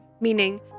meaning